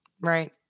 Right